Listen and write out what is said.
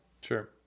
sure